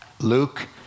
Luke